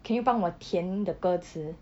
can you 帮我填 the 歌词